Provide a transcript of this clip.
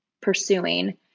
pursuing